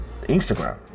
Instagram